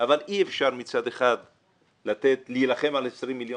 אבל אי אפשר מצד אחד להילחם על 20 מיליון